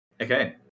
Okay